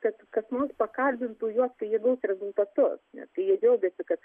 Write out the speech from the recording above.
kad kas nors pakalbintų juos kai jie gaus rezultatus kai jie džiaugiasi kad